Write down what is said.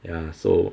ya so